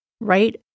right